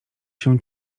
się